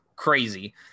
Crazy